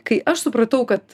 kai aš supratau kad